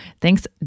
thanks